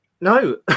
No